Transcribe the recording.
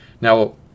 Now